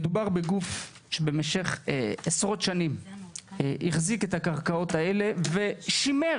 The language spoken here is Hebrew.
מדובר בגוף שבמשך עשרות שנים החזיק את הקרקעות האלה ושימר,